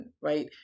right